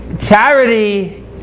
Charity